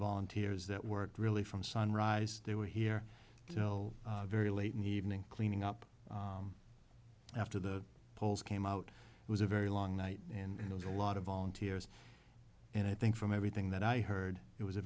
volunteers that worked really from sunrise they were here till very late in the evening cleaning up after the polls came out it was a very long night and it was a lot of volunteers and i think from everything that i heard it was a